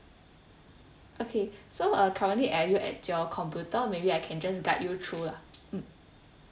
okay so uh currently are you at your computer maybe I can just guide you through lah mm